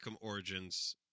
Origins